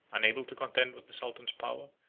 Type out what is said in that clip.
unable to contend with the sultan's power,